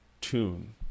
tune